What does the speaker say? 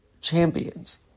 champions